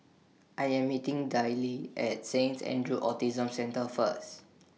I Am meeting Dayle At Saints Andrew's Autism Centre First